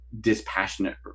dispassionate